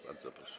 Bardzo proszę.